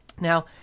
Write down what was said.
Now